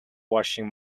washing